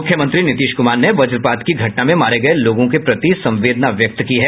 मुख्यमंत्री नीतीश कुमार ने वजपात की घटना में मारे गये लोगों के प्रति संवेदना व्यक्त की है